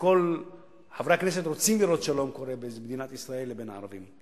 שכל חברי הכנסת רוצים לראות שלום בין מדינת ישראל לבין הערבים.